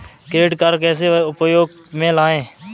Credit card कैसे उपयोग में लाएँ?